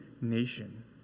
nation